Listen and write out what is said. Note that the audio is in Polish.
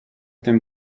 tym